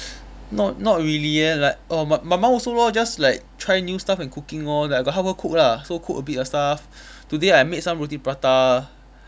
not not really eh like err my my mum also lor just like try new stuff in cooking lor like I got help her cook lah so cook a bit of stuff today I made some roti prata